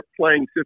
playing